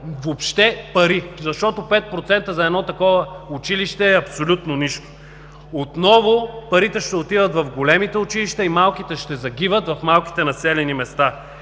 въобще пари! Пет процента за такова училище е абсолютно нищо. Отново парите ще отидат в големите училища, а малките ще загиват в малките населени места.